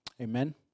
Amen